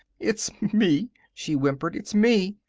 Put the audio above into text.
it's me! she whimpered. it's me!